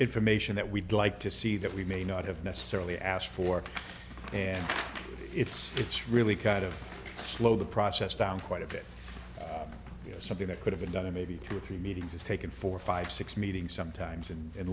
information that we'd like to see that we may not have necessarily asked for and it's it's really kind of slowed the process down quite a bit you know something that could have been done in maybe two or three meetings it's taken four five six meetings sometimes and